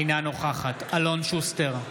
אינה נוכחת אלון שוסטר,